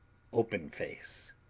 open-face